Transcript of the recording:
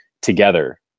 together